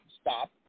stop